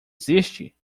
existe